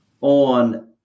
on